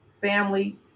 family